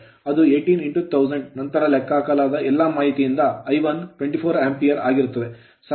ಅದು 18 1000 ನಂತರ ಲೆಕ್ಕಹಾಕಲಾದ ಎಲ್ಲಾ ಮಾಹಿತಿಯಿಂದ I1 24 Ampere ಆಂಪಿಯರ ಆಗಿರುತ್ತದೆ